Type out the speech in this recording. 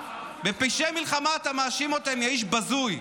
בפשעי מלחמה אתה מאשים אותם, יא איש בזוי.